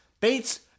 Bates